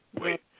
wait